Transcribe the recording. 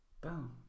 Boom